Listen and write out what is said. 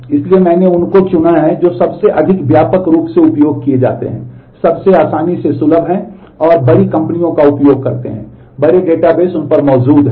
इसलिए मैंने उनको चुना है जो सबसे अधिक व्यापक रूप से उपयोग किए जाते हैं सबसे आसानी से सुलभ हैं और बड़ी कंपनियों का उपयोग करते हैं बड़े डेटाबेस उन पर मौजूद हैं